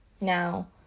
now